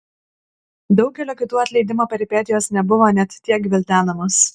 daugelio kitų atleidimo peripetijos nebuvo net tiek gvildenamos